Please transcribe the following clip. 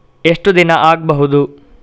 ಎಷ್ಟು ದಿನ ಆಗ್ಬಹುದು?